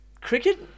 Cricket